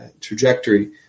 trajectory